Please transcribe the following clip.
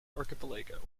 archipelago